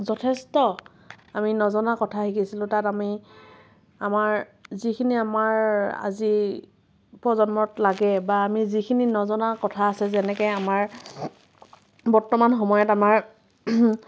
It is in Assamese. যথেষ্ট আমি নজনা কথা শিকিছিলোঁ তাত আমি আমাৰ যিখিনি আমাৰ আজি প্ৰজন্মত লাগে বা আমি যিখিনি নজনা কথা আছে যেনেকৈ আমাৰ বৰ্তমান সময়ত আমাৰ